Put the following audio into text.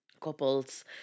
couples